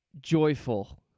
joyful